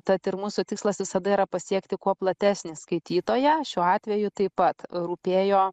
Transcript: tad ir mūsų tikslas visada yra pasiekti kuo platesnį skaitytoją šiuo atveju taip pat rūpėjo